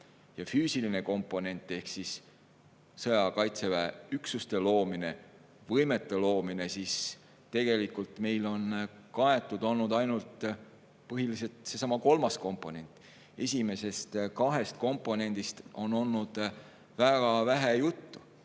füüsiline komponent ehk sõjaaja kaitseväe üksuste loomine, võimete loomine –, siis näeme, et meil on kaetud olnud ainult põhiliselt seesama kolmas komponent. Esimesest kahest komponendist on olnud väga vähe juttu.